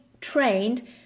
trained